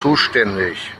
zuständig